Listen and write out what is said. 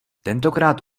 tentokrát